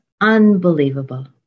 unbelievable